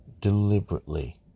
deliberately